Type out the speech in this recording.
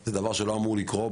זה דבר שלא אמור לקרות.